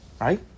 Right